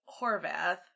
Horvath